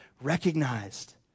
recognized